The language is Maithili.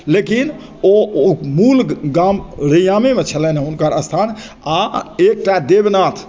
लेकिन ओ ओ मूल गाम रैयामेमे छलनि हेँ हुनकर स्थान आ एकटा देवनाथ